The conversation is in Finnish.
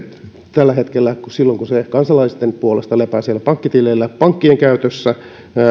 tällä hetkellä silloin kun se kansalaisten puolesta lepää siellä pankkitileillä pankkien käytössä